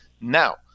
Now